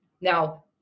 Now